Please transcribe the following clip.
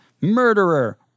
murderer